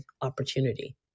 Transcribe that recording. opportunity